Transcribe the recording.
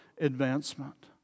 advancement